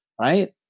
Right